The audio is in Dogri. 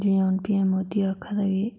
जियां हून मोदी आक्खा दा कि